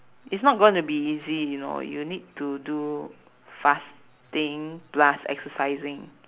it's not gonna be easy you know you need to do fasting plus exercising